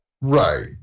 Right